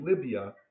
Libya